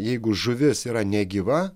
jeigu žuvis yra negyva